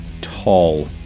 tall